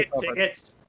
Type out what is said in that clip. tickets